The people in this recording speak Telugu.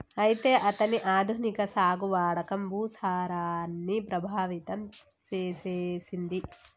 అయితే అతని ఆధునిక సాగు వాడకం భూసారాన్ని ప్రభావితం సేసెసింది